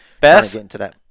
Beth